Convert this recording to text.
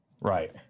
Right